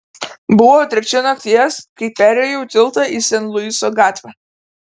buvo trečia nakties kai perjojau tiltą į sen luiso gatvę